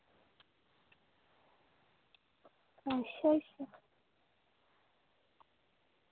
अच्छा अच्छा